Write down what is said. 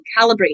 calibration